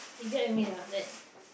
you get what I mean not like